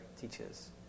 teaches